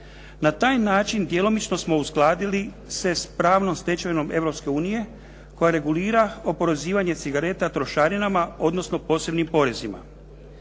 Na taj način djelomično smo uskladili se sa pravnom stečevinom Europske unije koja regulira oporezivanje cigareta trošarinama, odnosno posebnim porezima.